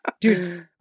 Dude